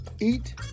Eat